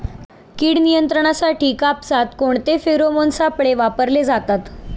कीड नियंत्रणासाठी कापसात कोणते फेरोमोन सापळे वापरले जातात?